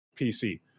pc